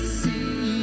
see